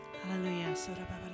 Hallelujah